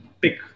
pick